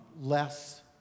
less